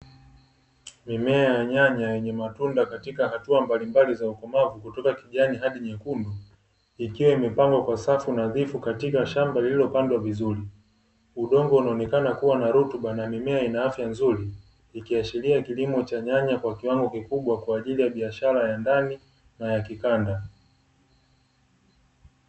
Mimea ya nyanya yenye matunda katika hatua mbali za ukomavu kutoka kijani hadi nyekundu, ikiwa imepangwa kwa safu nadhifu katika shamba lililopandwa vizuri. Udongo unaonekana kuwa na rutuba na mimea ina afya nzuri, ikiashiria kilimo cha nyanya kwa kiwango kikubwa kwa ajili ya biashara ya ndani na ya kikanda.